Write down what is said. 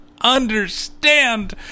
understand